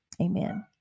Amen